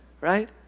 Right